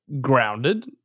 grounded